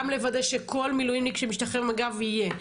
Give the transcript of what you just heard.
גם לוודא שכל מילואימניק שמשתחרר ממג"ב יהיה.